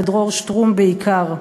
לדרור שטרום בעיקר.